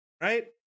right